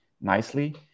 nicely